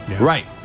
Right